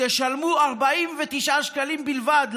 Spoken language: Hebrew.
תשלמו 49 שקלים בלבד,